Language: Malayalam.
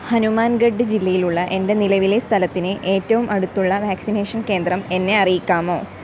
ഹനുമാൻഗഢ് ജില്ലയിലുള്ള എൻ്റെ നിലവിലെ സ്ഥലത്തിന് ഏറ്റോം അടുത്തുള്ള വാക്സിനേഷൻ കേന്ദ്രം എന്നെ അറിയിക്കാമോ